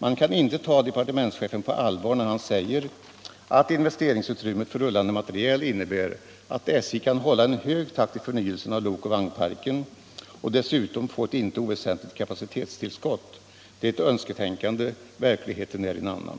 ——- Man kan inte ta departementschefen på allvar när han säger att investeringsutrymmet för rullande materiel innebär att SJ kan hålla en hög takt i förnyelsen av lokoch vagnparken och dessutom få ett inte oväsentligt kapacitetstillskott. Det är ett önsketänkande. Verkligheten är en annan.”